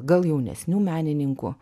gal jaunesnių menininkų